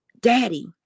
Daddy